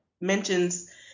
mentions